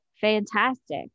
fantastic